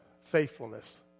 faithfulness